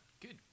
good